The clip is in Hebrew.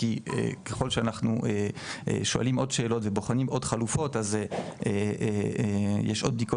מאחר וככל שאנחנו שואלים עוד שאלות ובוחנים עוד חלופות אז יש עוד בדיקות